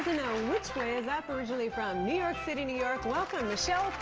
know which way is up. originally from new york city, new york. welcome michelle